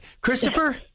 Christopher